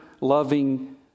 loving